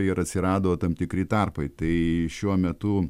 ir atsirado tam tikri tarpai tai šiuo metu